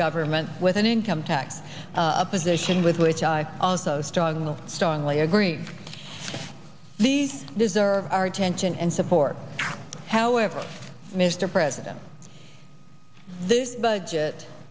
government with an income tax a position with which i also strongly strongly agree these deserve our attention and support however mr president this budget